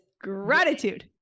gratitude